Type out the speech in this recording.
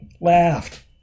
laughed